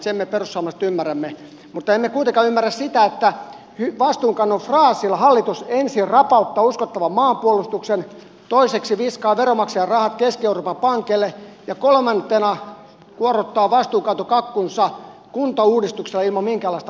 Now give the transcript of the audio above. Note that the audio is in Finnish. sen me perussuomalaiset ymmärrämme mutta emme kuitenkaan ymmärrä sitä että vastuunkannon fraasilla hallitus ensin rapauttaa uskottavan maanpuolustuksen toiseksi viskaa veronmaksajien rahat keski euroopan pankeille ja kolmantena kuorruttaa vastuunkantokakkunsa kuntauudistuksella ilman minkäänlaista logiikkaa